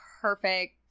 perfect